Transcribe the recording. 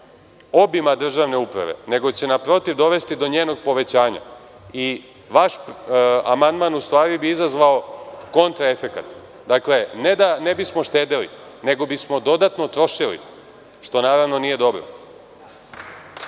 obima državne uprave, nego će naprotiv dovesti do njenog povećanja. Vaš amandman bi izazvao kontra efekat. Ne da ne bismo štedeli, nego bismo dodatno trošili, što nije dobro.